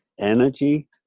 energy